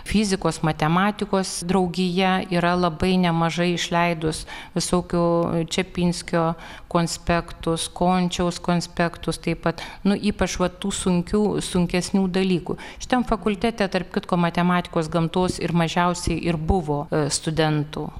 fizikos matematikos draugija yra labai nemažai išleidus visokių čepinskio konspektus končiaus konspektus taip pat nu ypač va tų sunkių sunkesnių dalykų šitam fakultete tarp kitko matematikos gamtos ir mažiausiai ir buvo studentų